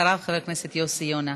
אחריו, חבר הכנסת יוסי יונה.